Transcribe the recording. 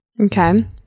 Okay